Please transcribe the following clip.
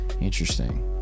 Interesting